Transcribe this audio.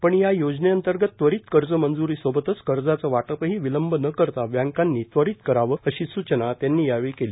पण या योजनेअंगत त्वरित कर्ज मंज्रीसोबतच कर्जाचं वाटपही विलंब न करता बँकानी त्वरित करावंए अशी सूचना त्यांनी यावेळी केली